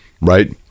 right